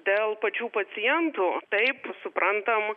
dėl pačių pacientų taip suprantam